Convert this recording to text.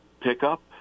pickup